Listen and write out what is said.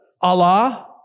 Allah